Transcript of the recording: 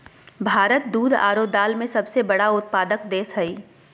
भारत दूध आरो दाल के सबसे बड़ा उत्पादक देश हइ